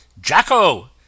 JACKO